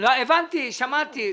הבנתי, שמעתי.